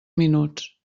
minuts